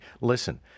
Listen